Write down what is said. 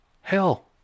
hell